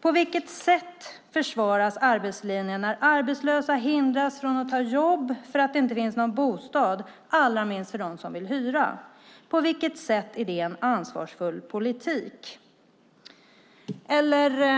På vilket sätt försvaras arbetslinjen när arbetslösa hindras från att ta jobb för att det inte finns någon bostad allra minst för dem som vill hyra? På vilket sätt är det en ansvarsfull politik?